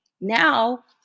now